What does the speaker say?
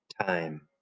time